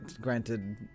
granted